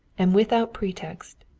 and without pretext.